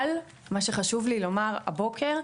אבל, מה שחשוב לי לומר הבוקר,